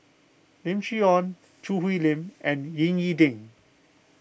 Lim Chee Onn Choo Hwee Lim and Ying E Ding